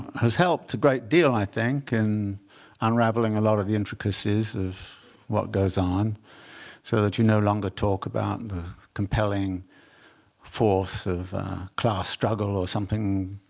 has helped a great deal, i think, in unraveling a lot of the intricacies of what goes on so that you no longer talk about the compelling force of class struggle or something